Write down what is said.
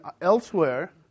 elsewhere